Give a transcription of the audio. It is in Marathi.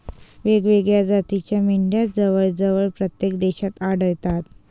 वेगवेगळ्या जातीच्या मेंढ्या जवळजवळ प्रत्येक देशात आढळतात